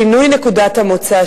שינוי נקודת המוצא,